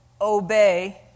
obey